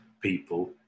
people